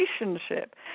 relationship